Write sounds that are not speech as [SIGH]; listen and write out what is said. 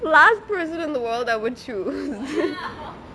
last person in the world I would choose [LAUGHS]